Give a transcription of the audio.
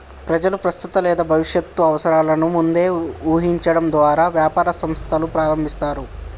ప్రజలు ప్రస్తుత లేదా భవిష్యత్తు అవసరాలను ముందే ఊహించడం ద్వారా వ్యాపార సంస్థలు ప్రారంభిస్తారు